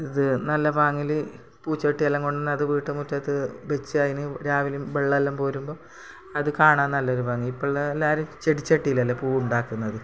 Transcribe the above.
ഇത് നല്ല വാങ്ങിയാൽ പൂ ചട്ടിയെല്ലാം കൊണ്ടന്ന് അത് വീട്ടുമുറ്റത്ത് വെച്ച് അതിന് രാവിലെ വെള്ളെല്ലാം കോരുമ്പോൾ അത് കാണാൻ നല്ലൊരു ഭംഗി ഇപ്പോഴുള്ള എല്ലാവരും ചെടി ചട്ടീലല്ല പൂവുണ്ടാക്കുന്നത്